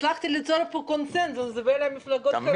הצלחתי ליצור פה קונצנזוס בין המפלגות החרדיות.